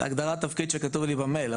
זו הגדרת תפקיד שכתובה לי במייל,